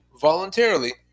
voluntarily